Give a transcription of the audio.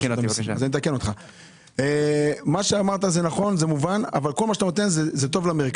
מה שאמרת זה נכון ומובן אבל כל מה שאתה אומר נכון למרכז.